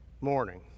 morning